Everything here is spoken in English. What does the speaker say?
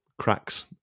cracks